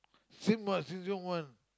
same what Sheng-Shiong one